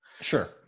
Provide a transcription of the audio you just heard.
Sure